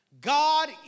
God